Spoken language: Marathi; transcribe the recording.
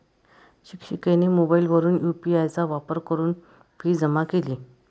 शिक्षिकेने मोबाईलवरून यू.पी.आय चा वापर करून फी जमा केली